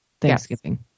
Thanksgiving